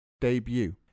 debut